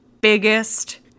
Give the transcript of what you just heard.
biggest